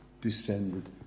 descended